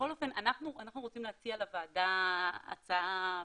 בכל אופן אנחנו רוצים להציע לוועדה הצעה פרקטית,